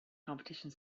competition